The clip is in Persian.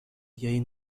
این